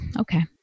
okay